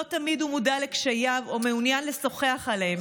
לא תמיד הוא מודע לקשייו או מעוניין לשוחח עליהם.